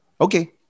Okay